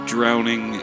Drowning